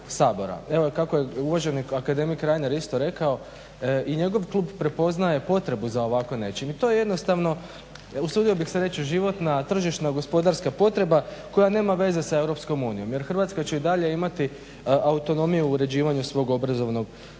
Evo kako je uvaženi akademik Reiner isto rekao i njegov klub prepoznaje potrebu za ovako nečim. I to je jednostavno, usudio bih se reći životna tržišno-gospodarska potreba koja nema veze s Europskom unijom jer Hrvatska će i dalje imati autonomiju u uređivanju svog obrazovnog sistema,